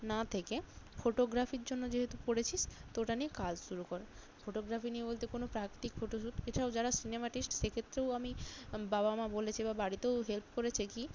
না থেকে ফটোগ্রাফির জন্য যেহেতু পড়েছিস তো ওটা নিয়ে কাজ শুরু কর ফটোগ্রাফি নিয়ে বলতে কোনো প্রাকৃতিক ফটোশ্যুট এছাড়াও যারা সিনেমা আর্টিস্ট সেক্ষেত্রেও আমি বাবা মা বলেছে বা বাড়িতেও হেল্প করেছে কি